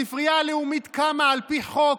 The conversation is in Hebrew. הספרייה הלאומית קמה על פי חוק,